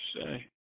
say